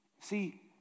See